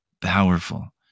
powerful